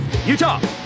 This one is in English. Utah